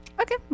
okay